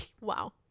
wow